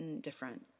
different